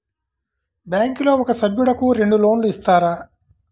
బ్యాంకులో ఒక సభ్యుడకు రెండు లోన్లు ఇస్తారా?